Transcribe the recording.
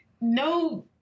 no